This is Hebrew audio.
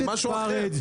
זה משהו אחר.